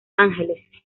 ángeles